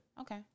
Okay